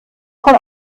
von